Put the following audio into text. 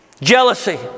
Jealousy